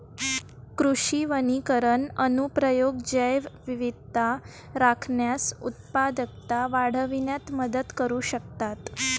कृषी वनीकरण अनुप्रयोग जैवविविधता राखण्यास, उत्पादकता वाढविण्यात मदत करू शकतात